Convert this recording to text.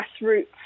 grassroots